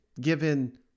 given